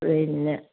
പിന്നെ